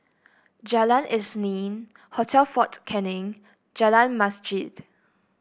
Jalan Isnin Hotel Fort Canning Jalan Masjid